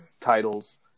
titles